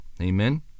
amen